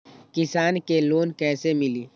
किसान के लोन कैसे मिली?